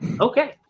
Okay